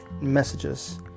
messages